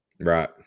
Right